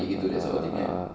ah ah ah ah